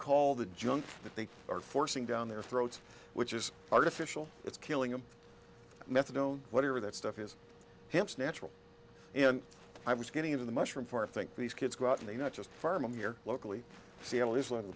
call the junk that they are forcing down their throats which is artificial it's killing them methadone whatever that stuff is hips natural and i was getting into the mushroom for think these kids go out and they not just farm i'm here locally seattle is l